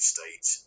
States